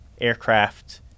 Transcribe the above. aircraft